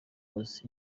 was